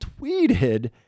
tweeted